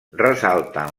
ressalten